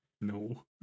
no